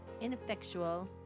ineffectual